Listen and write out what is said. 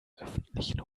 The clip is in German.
öffentlichen